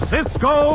Cisco